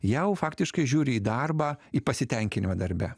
jau faktiškai žiūri į darbą į pasitenkinimą darbe